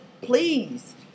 please